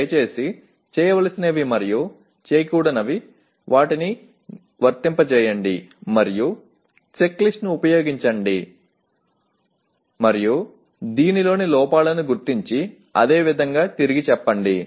దయచేసి చేయవలసినవి మరియు చేయకూడని వాటిని వర్తింపజేయండి మరియు చెక్లిస్ట్ను ఉపయోగించండి మరియు దీనిలోని లోపాలను గుర్తించి అదే విధంగా తిరిగి చెప్పండి